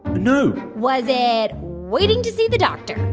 no was it waiting to see the doctor?